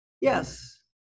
yes